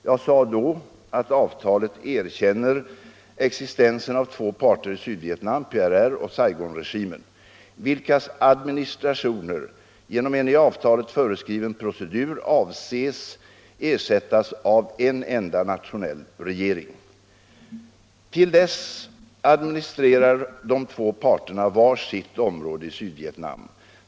Jag sade då, att avtalet erkänner existensen av två parter i Sydvietnam, PRR och Saigonregimen, vilkas administrationer genom en i avtalet fö reskriven procedur avses ersättas av en enda nationell regering. Till dess administrerar de två parterna var sitt område i Sydvietnam.